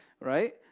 right